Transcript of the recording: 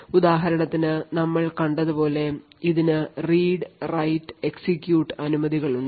ഉദാഹരണത്തിന് നമ്മൾ കണ്ടതുപോലെ ഇതിന് റീഡ് റൈറ്റ് എക്സിക്യൂട്ട് അനുമതികൾ ഉണ്ട്